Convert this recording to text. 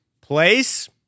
Place